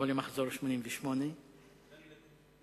ולא למחזור 1988. גן-ילדים.